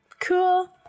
Cool